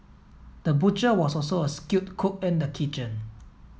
the butcher was also a skilled cook in the kitchen